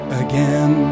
again